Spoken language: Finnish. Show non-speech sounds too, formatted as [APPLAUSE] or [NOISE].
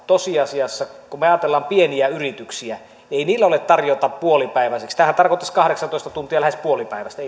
tosiasiassa kun ajatellaan pieniä yrityksiä niin ei niillä ole tarjota puolipäiväisesti välttämättä kerralla tämä kahdeksantoista tuntiahan tarkoittaisi lähes puolipäiväistä [UNINTELLIGIBLE]